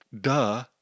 Duh